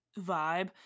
vibe